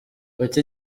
kuki